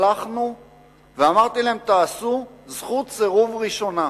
שלחנו ואמרתי להם: תעשו זכות סירוב ראשונה.